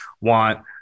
want